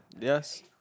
Yes